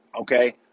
Okay